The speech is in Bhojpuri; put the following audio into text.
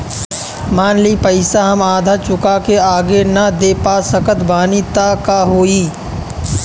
मान ली पईसा हम आधा चुका के आगे न दे पा सकत बानी त का होई?